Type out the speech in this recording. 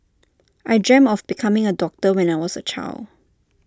I dreamt of becoming A doctor when I was A child